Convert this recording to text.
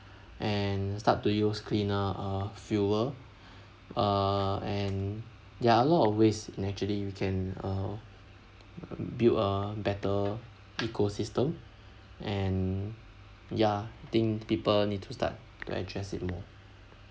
and start to use cleaner uh fuel uh and there're a lot of ways naturally you can uh build a better ecosystem and ya I think people need to start to address it more